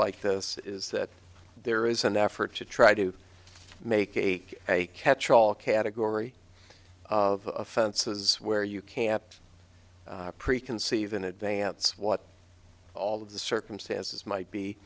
like this is that there is an effort to try to make it a catch all category of offenses where you can't preconceive in advance what all of the circumstances might be